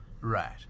right